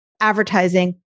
advertising